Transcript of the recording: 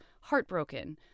heartbroken